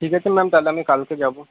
ঠিক আছে ম্যাম তাহলে আমি কালকে যাব